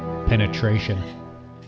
Penetration